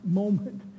moment